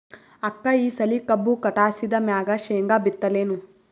ಅಕ್ಕ ಈ ಸಲಿ ಕಬ್ಬು ಕಟಾಸಿದ್ ಮ್ಯಾಗ, ಶೇಂಗಾ ಬಿತ್ತಲೇನು?